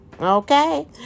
Okay